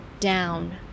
down